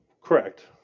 Correct